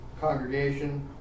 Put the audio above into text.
congregation